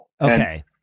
okay